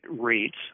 rates